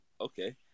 Okay